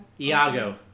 Iago